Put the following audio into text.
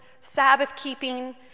Sabbath-keeping